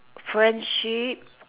friendship